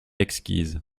exquise